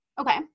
Okay